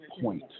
point